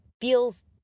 feels